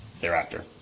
thereafter